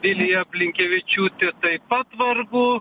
vilija blinkevičiūtė taip pat vargu